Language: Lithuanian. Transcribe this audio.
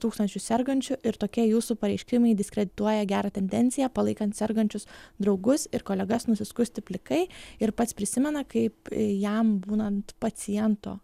tūkstančių sergančių ir tokia jūsų pareiškimai diskredituoja gerą tendenciją palaikant sergančius draugus ir kolegas nusiskusti plikai ir pats prisimena kaip jam būnant paciento